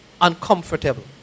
uncomfortable